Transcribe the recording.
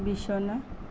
বিচনা